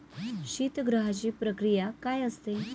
शीतगृहाची प्रक्रिया काय असते?